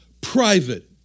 private